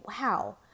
wow